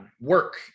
work